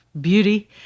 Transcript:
beauty